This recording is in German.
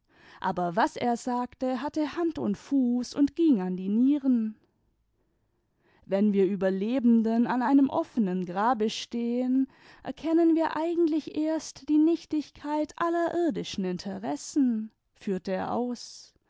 aber was er sagte hatte hand und fuß und ging an die nieren wenn wir überlebenden an einem offenen grabe stehen erkennen wir eigentlich erst die nichtigkeit aller irdischen interessen führte er aus